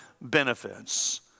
benefits